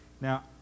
Now